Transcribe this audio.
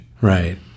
Right